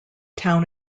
town